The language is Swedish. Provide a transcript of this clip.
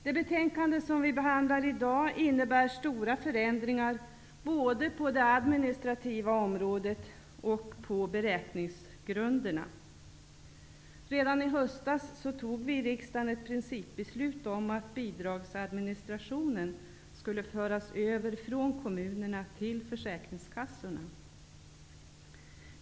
Det betänkande som vi behandlar i dag innebär stora förändringar, både på det administrativa området och i fråga om beräkningsgrunderna. Redan i höstas fattade vi i riksdagen ett principbeslut om att bidragsadministrationen skulle föras över från kommunerna till försäkringskassorna.